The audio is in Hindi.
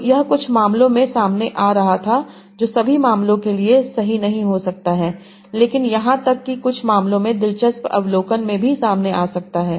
तो यह कुछ मामलों में सामने आ रहा था जो सभी मामलों के लिए सही नहीं हो सकता है लेकिन यहां तक कि कुछ मामलों में दिलचस्प अवलोकन में भी सामने आ सकता है